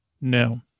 No